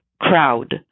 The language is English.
crowd